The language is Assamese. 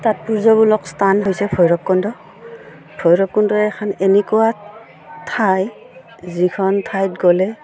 তাৎপৰ্যমূলক স্থান হৈছে ভৈৰৱকুণ্ড ভৈৰৱকুণ্ডই এখন এনেকুৱা ঠাই যিখন ঠাইত গ'লে